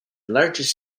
largest